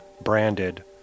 branded